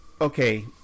Okay